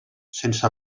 sense